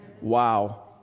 Wow